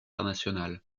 internationales